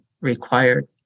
required